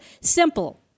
simple